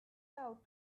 out